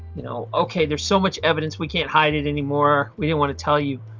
you know ok there's so much evidence we can't hide it anymore we don't want to tell you,